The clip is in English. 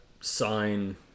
sign